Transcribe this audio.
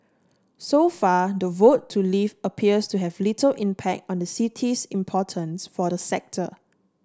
so far the vote to leave appears to have little impact on the city's importance for the sector